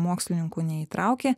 mokslininkų neįtraukė